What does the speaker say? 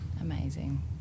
amazing